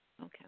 Okay